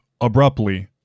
Abruptly